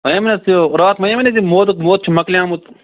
ونیٚمَے نہٕ حظ یہِ رات وَنے مےٚ نا ژے مٲدٕ مٲدٕ چھُ مَوٚکلیمُت